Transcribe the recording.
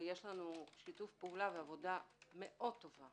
ויש לנו שיתוף פעולה ועבודה מאוד טובה